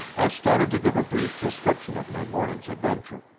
i started to give a brief description of my morning's adventure,